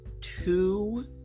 two